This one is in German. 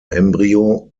embryo